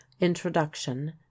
Introduction